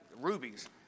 rubies